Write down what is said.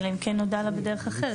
אלא אם כן נודע לה בדרך אחרת.